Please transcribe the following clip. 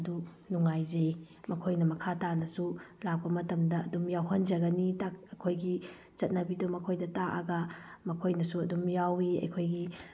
ꯑꯗꯨ ꯅꯨꯡꯉꯥꯏꯖꯩ ꯃꯈꯣꯏꯅ ꯃꯈꯥ ꯇꯥꯅꯁꯨ ꯂꯥꯛꯄ ꯃꯇꯝꯗ ꯑꯗꯨꯝ ꯌꯥꯎꯍꯟꯖꯒꯅꯤ ꯑꯩꯈꯣꯏꯒꯤ ꯆꯠꯅꯕꯤꯗꯨ ꯃꯈꯣꯏꯗ ꯊꯥꯛꯑꯒ ꯃꯈꯣꯏꯅꯁꯨ ꯑꯗꯨꯝ ꯌꯥꯎꯋꯤ ꯑꯩꯈꯣꯏꯒꯤ